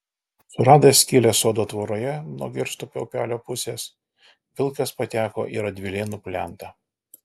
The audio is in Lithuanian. suradęs skylę sodo tvoroje nuo girstupio upelio pusės vilkas pateko į radvilėnų plentą